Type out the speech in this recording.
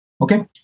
Okay